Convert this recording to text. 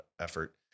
effort